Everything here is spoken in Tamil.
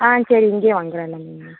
ஆம் சரி இங்கேயே வாங்குகிறோம் எல்லாமே இனிமேல்